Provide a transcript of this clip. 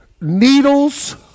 Needles